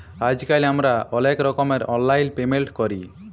আইজকাল আমরা অলেক রকমের অললাইল পেমেল্ট ক্যরি